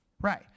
right